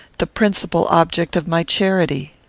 the principal object of my charity.